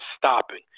stopping